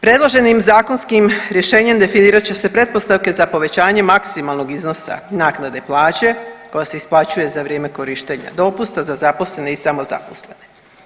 Predloženim zakonskim rješenjem definirat će se pretpostavke za povećanje maksimalnog iznosa naknade plaće koja se isplaćuje za vrijeme korištenja dopusta za zaposlene i samozaposlene.